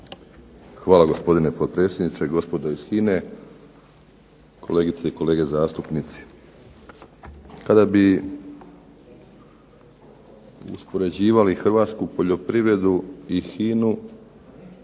Hvala gospodine potpredsjedniče. Gospodo iz HINA-e, kolegice i kolege zastupnici. Kada bi uspoređivali hrvatsku poljoprivredu i HINA-u